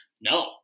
No